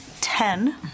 Ten